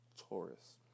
Taurus